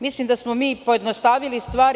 Mislim da smo mi pojednostavili stvari.